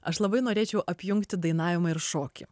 aš labai norėčiau apjungti dainavimą ir šokį